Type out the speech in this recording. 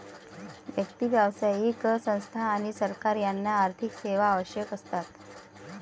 व्यक्ती, व्यावसायिक संस्था आणि सरकार यांना आर्थिक सेवा आवश्यक असतात